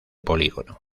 polígono